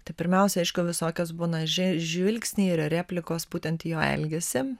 tai pirmiausia aišku visokios būna že žvilgsniai ir replikos būtent į jo elgesį